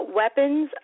weapons